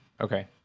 Okay